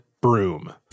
broom